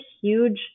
huge